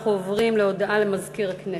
אנחנו עוברים להודעה של מזכיר הכנסת.